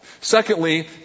Secondly